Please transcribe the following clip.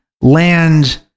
land